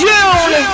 June